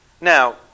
now